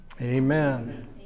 Amen